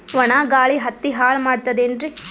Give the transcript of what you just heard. ಒಣಾ ಗಾಳಿ ಹತ್ತಿ ಹಾಳ ಮಾಡತದೇನ್ರಿ?